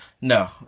No